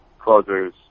closers